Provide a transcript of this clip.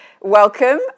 welcome